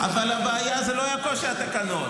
אבל הבעיה לא הייתה הקושי של התקנות,